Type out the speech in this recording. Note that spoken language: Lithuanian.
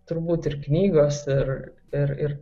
turbūt ir knygos ir ir ir